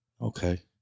okay